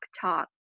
talk